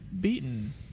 beaten